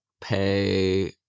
pay